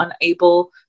unable